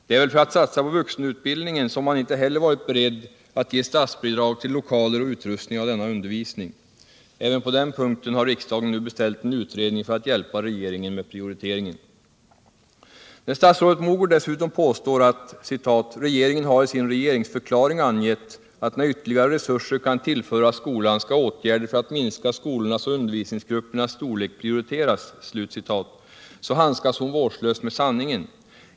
Det är väl för att satsa på vuxenundervisningen som man inte heller varit beredd att ge statsbidrag till lokaler och utrustning för denna undervisning. Även på den punkten har riksdagen nu beställt en utredning för att hjälpa regeringen med prioriteringen. När statsrådet Mogård dessutom påstår: ”Regeringen har i sin regeringsförklaring angett att när ytterligare resurser kan tillföras skolan, skall åtgärder för att minska skolornas och undervisningsgruppernas storlek prioriteras”, så handskas hon vårdslöst med sanningen.